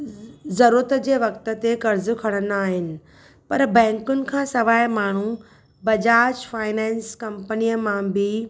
ज़रूरत जे वक़्त ते कर्ज़ खणंदा आहिनि पर बैंकुनि खां सवाइ माण्हू बजाज फाइनेंस कंपनीअ मां बि